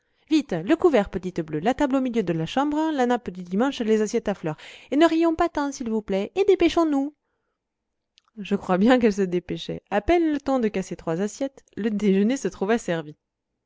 vite le couvert petites bleues la table au milieu de la chambre la nappe du dimanche les assiettes à fleurs et ne rions pas tant s'il vous plaît et dépêchons-nous je crois bien qu'elles se dépêchaient à peine le temps de casser trois assiettes le déjeuner se trouva servi